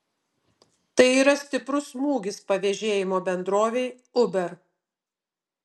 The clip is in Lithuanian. tai yra stiprus smūgis pavėžėjimo bendrovei uber